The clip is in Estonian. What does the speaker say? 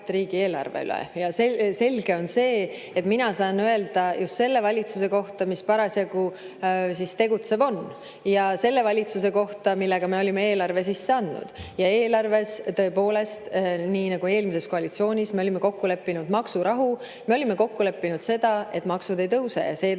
riigieelarve üle. Selge on see, et mina sain öelda just selle valitsuse kohta, mis parasjagu tegutsev oli, ja selle valitsuse kohta, millega me olime eelarve sisse andnud. Eelarves oli tõepoolest, nii nagu eelmises koalitsioonis me olime kokku leppinud, maksurahu. Me olime kokku leppinud seda, et maksud ei tõuse, ja seetõttu